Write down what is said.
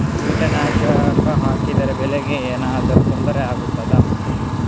ಕೀಟನಾಶಕ ಹಾಕಿದರೆ ಬೆಳೆಗೆ ಏನಾದರೂ ತೊಂದರೆ ಆಗುತ್ತದಾ?